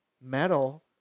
metal